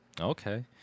okay